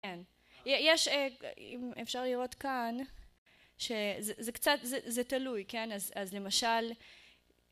כן יש אפשר לראות כאן שזה קצת זה תלוי כן אז למשל